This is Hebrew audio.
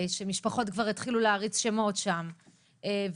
שמשפחות כבר התחילו להריץ שמות שם וברגע